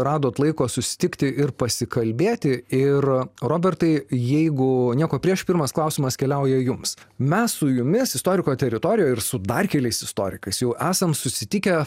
radot laiko susitikti ir pasikalbėti ir robertai jeigu nieko prieš pirmas klausimas keliauja jums mes su jumis istoriko teritorijoj ir su dar keliais istorikais jau esam susitikę